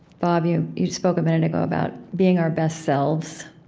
bob, you you spoke a minute ago about being our best selves,